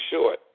short